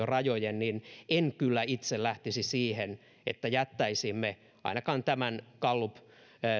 rajojen niin en kyllä itse lähtisi siihen että jättäisimme ainakaan tämän gallup